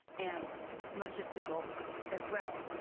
and logistical as well